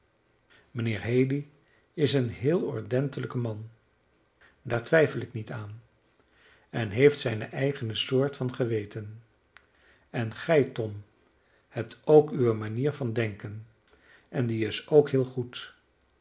mijnheer haley is een heel ordentelijk man daar twijfel ik niet aan en heeft zijne eigene soort van geweten en gij tom hebt ook uwe manier van denken en die is ook heel goed